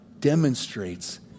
demonstrates